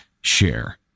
share